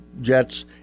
jets